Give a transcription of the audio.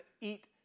eat